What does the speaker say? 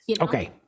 Okay